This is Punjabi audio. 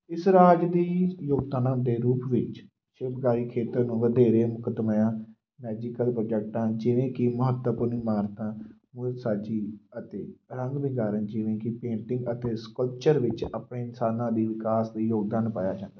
ਇਸ ਰਾਜ ਦੀ ਯੋਗਤਾਨਾ ਦੇ ਰੂਪ ਵਿੱਚ ਸ਼ਿਲਪਕਾਰੀ ਖੇਤਰ ਨੂੰ ਵਧੇਰੇ ਮੁੱਕਦਮਿਆਂ ਮੈਜ਼ੀਕਲ ਪ੍ਰੋਜੈਕਟਾਂ ਜਿਵੇਂ ਕਿ ਮਹੱਤਵਪੂਰਨ ਇਮਾਰਤਾਂ ਮੂਲ ਸਾਜੀ ਅਤੇ ਰੰਗ ਵੀਕਾਰਨ ਜਿਵੇਂ ਕਿ ਪੇਂਟਿੰਗ ਅਤੇ ਸਕਲਚਰ ਵਿੱਚ ਆਪਣੇ ਇਨਸਾਨਾਂ ਦੀ ਵਿਕਾਸ ਦੀ ਯੋਗਦਾਨ ਪਾਇਆ ਜਾਂਦਾ